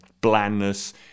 blandness